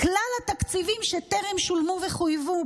"כלל התקציבים שטרם שולמו וחויבו,